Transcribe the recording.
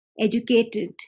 educated